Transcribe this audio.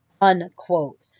unquote